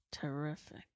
terrific